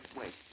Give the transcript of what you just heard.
wait